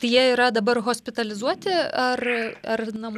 tai jie yra dabar hospitalizuoti ar ar na